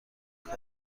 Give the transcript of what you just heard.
کار